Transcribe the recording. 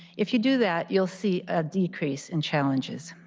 if you do that, you will see a decrease in challenges.